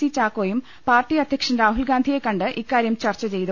C ചാക്കോയും പാർട്ടി അധ്യക്ഷൻ രാഹുൽ ഗാന്ധിയെ കണ്ട് ഇക്കാര്യം ചർച്ച ചെയ്തു